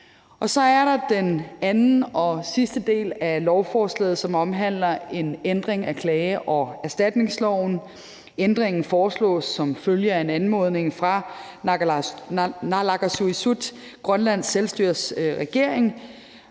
Så er der den anden og sidste del af lovforslaget, som omhandler en ændring af klage- og erstatningsloven. Ændringen foreslås som følge af en anmodning fra naalakkersuisut, Grønlands selvstyres regering,